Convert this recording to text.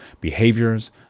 behaviors